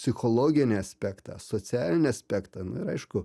psichologinį aspektą socialinį aspektą nu ir aišku